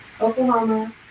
Oklahoma